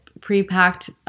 pre-packed